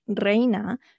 Reina